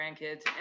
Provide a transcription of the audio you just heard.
grandkids